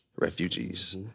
refugees